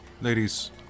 Ladies